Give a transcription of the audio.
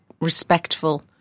respectful